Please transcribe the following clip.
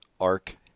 arc